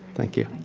thank you.